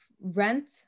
rent